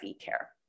care